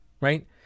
right